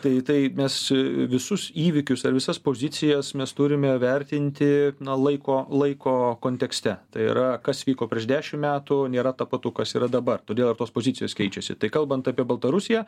tai tai mes visus įvykius ar visas pozicijas mes turime vertinti na laiko laiko kontekste tai yra kas vyko prieš dešim metų nėra tapatu kas yra dabar todėl ir tos pozicijos keičiasi tai kalbant apie baltarusiją